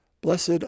Blessed